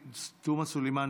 325,